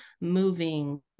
moving